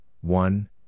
one